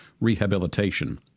Rehabilitation